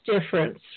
difference